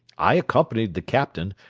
i accompanied the captain,